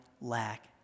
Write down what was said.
lack